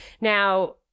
Now